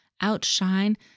outshine